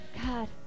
God